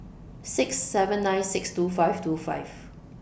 six seven nine six two five two five